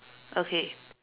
okay